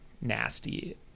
nasty